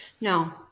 No